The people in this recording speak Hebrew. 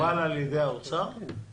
אתה מוגבל על ידי האוצר או